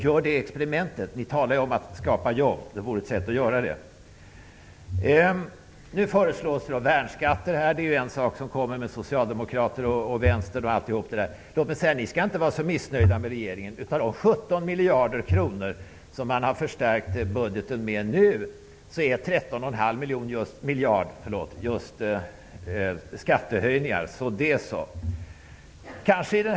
Gör det experimentet! Ni talar ju om att skapa jobb. Detta vore ett sätt att göra det. Nu föreslås värnskatter här -- ett förslag från socialdemokrater och vänster etc. Låt mig säga att ni inte skall vara så missnöjda med regeringen. Utav de 17 miljarder kronor som man nu har förstärkt budgeten med, är 13,5 miljarder just skattehöjningar, så det så.